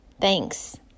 thanks